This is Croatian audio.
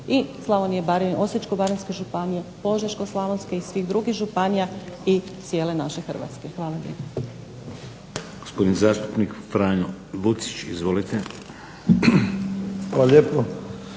i Baranje, Osječko-baranjske županije, Požeško-slavonske i svih drugih županija i cijele naše Hrvatske. Hvala